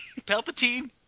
palpatine